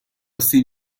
سیب